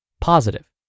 Positive